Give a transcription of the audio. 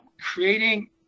creating